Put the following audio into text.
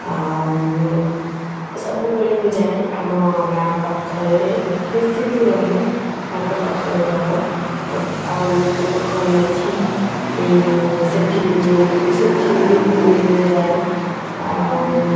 ଆଉ ସବୁବେଳେ ମୁଁ ଯାଏ ଆମ ଗାଁ ପାଖରେ ବେଶୀ ଦୂର ନୁହେଁ ଅଳ୍ପ ପାଖାପାଖି ହେବ ଗୋଟେ ଆଉ ଗୋଟେ ପୋଖରୀ ଅଛି ସେଠିକି ବି ବହୁତ ସେଠିକି ବି ଦିନେ ଦିନେ ଯାଏ ଆଉ